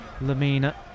Lamina